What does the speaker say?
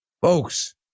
Folks